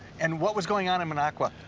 and what was going on in minocqua?